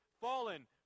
fallen